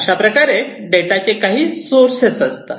अशाप्रकारे डेटाचे काही सोर्सेस असतात